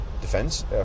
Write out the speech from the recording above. defense